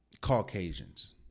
Caucasians